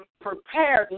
prepared